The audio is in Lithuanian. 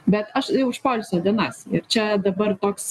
bet aš už poilsio dienas ir čia dabar toks